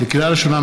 לקריאה ראשונה,